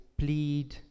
plead